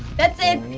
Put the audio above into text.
that's it!